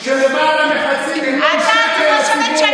את הולכת עכשיו לבזבז